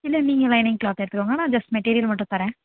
இல்லை நீங்கள் lining cloth எடுத்துக்கோங்க நான் ஜஸ்ட் மெட்டீரியல் மட்டும் தரேன்